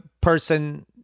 person